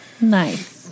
Nice